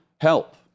help